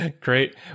great